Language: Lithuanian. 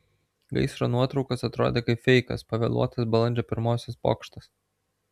gaisro nuotraukos atrodė kaip feikas pavėluotas balandžio pirmosios pokštas